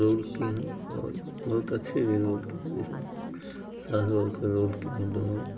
role की हैं और बहुत अच्छे ही रोल की हैं जिसमें सास बहू के रोल की हैं दोनों लोग